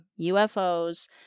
UFOs